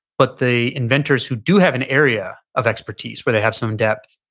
but the inventors who do have an area of expertise where they have some depth.